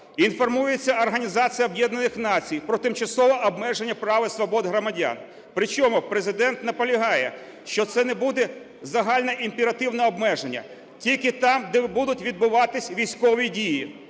інформується Організація Об'єднаних Націй про тимчасово обмеження прав і свобод громадян. Причому Президент наполягає, що це не буде загальне імперативне обмеження, тільки там, де будуть відбуватись військові дії.